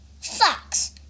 Fox